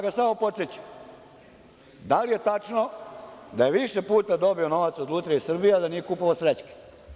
Samo ga podsećam, da li je tačno da je više puta dobio novac od Lutrije Srbije, a da nije kupovao srećke?